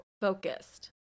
focused